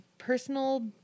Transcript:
personal